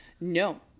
No